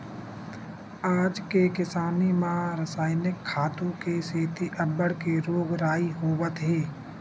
आज के किसानी म रसायनिक खातू के सेती अब्बड़ के रोग राई होवत हे